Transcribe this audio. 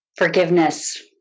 Forgiveness